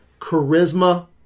charisma